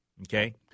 okay